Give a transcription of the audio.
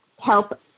help